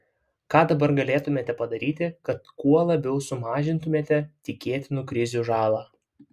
ką dabar galėtumėte padaryti kad kuo labiau sumažintumėte tikėtinų krizių žalą